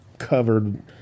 covered